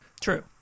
True